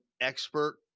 expert